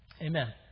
amen